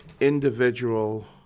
individual